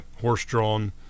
horse-drawn